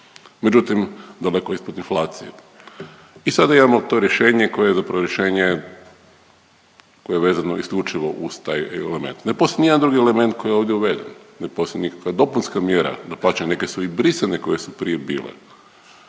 međutim daleko ispod inflacije. I sada imamo to rješenje koje je zapravo rješenje koje je vezano isključivo uz taj element, ne postoji nijedan drugi element koji je ovdje uveden, ne postoji nikakva dopunska mjera, dapače neke su i brisane koje su prije bile.